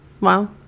wow